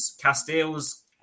Castile's